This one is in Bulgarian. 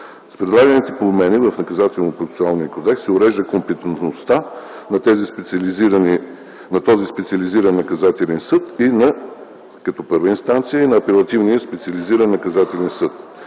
С предлаганите промени се урежда компетентността на Специализирания наказателен съд и на Апелативния специализиран наказателен съд.